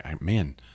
Man